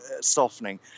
softening